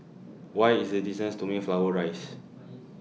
What IS The distance to Mayflower Rise